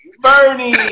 Bernie